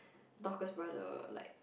Dorcas brother like